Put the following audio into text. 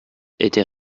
était